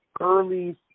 early